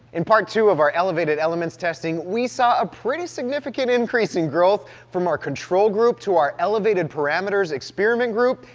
in part two of our elevated elements testing we saw a pretty significant increase in growth from our control group to our elevated parameters experiment group,